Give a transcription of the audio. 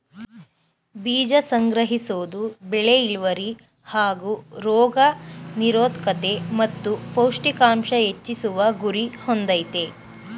ಬೀಜ ಸಂಗ್ರಹಿಸೋದು ಬೆಳೆ ಇಳ್ವರಿ ಹಾಗೂ ರೋಗ ನಿರೋದ್ಕತೆ ಮತ್ತು ಪೌಷ್ಟಿಕಾಂಶ ಹೆಚ್ಚಿಸುವ ಗುರಿ ಹೊಂದಯ್ತೆ